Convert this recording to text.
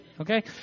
okay